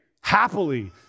happily